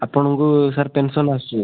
ଆପଣଙ୍କୁ sir pension ଆସୁଛି